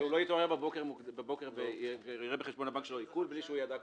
שלא יתעורר בבוקר ויראה בחשבון הבנק שלו עיקול בלי שהוא ידע קודם.